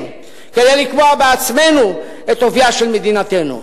כדי לקבוע בעצמנו את אופיה של מדינתנו.